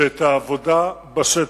שאת העבודה בשטח,